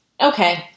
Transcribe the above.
Okay